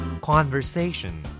conversation